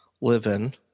live-in